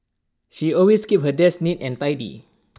she always keeps her desk neat and tidy